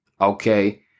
Okay